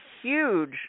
huge